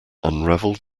unraveled